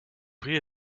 prix